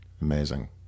Amazing